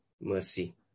mercy